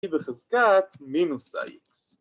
‫B בחזקת מינוס ה-X.